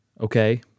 okay